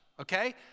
okay